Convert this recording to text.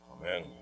Amen